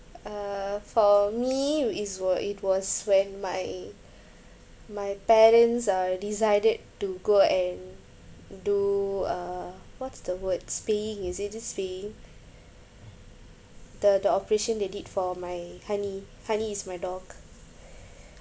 uh for me is was it was when my my parents uh decided to go and do uh what's the word spaying is it is it spaying the the operation they did for my honey honey is my dog